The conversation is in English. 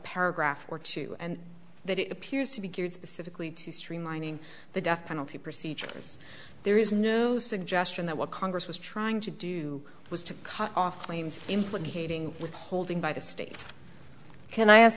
paragraph or two and that it appears to be geared specifically to streamlining the death penalty procedures there is no suggestion that what congress was trying to do was to cut off claims implicating withholding by the state can i ask